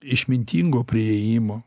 išmintingo priėjimo